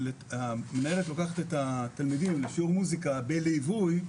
המנהלת לוקחת את התלמידים לשיעור מוזיקה בליווי,